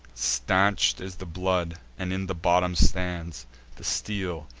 stanch'd is the blood, and in the bottom stands the steel,